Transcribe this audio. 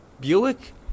Buick